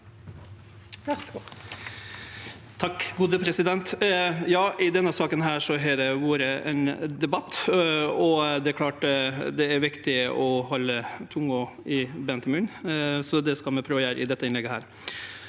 I denne saka har det vore ein debatt. Det er klart det er viktig å halde tunga beint i munnen, og det skal eg prøve å gjere i dette innlegget.